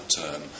term